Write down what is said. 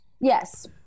yes